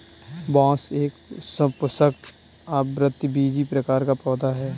बांस एक सपुष्पक, आवृतबीजी प्रकार का पौधा है